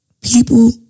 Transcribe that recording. people